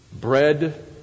bread